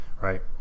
right